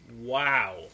Wow